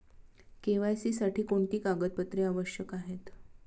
KYC साठी कोणती कागदपत्रे आवश्यक आहेत?